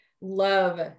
Love